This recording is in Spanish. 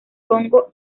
congo